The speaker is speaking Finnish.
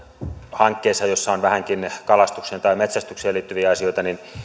hankkeissa joissa on vähänkin kalastukseen tai metsästykseen liittyviä asioita saattaa syntyä